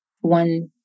one